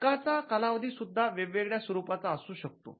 हक्काचा कालावधी सुद्धा वेगवेगळ्या स्वरूपाचा असू शकतो